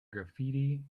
graffiti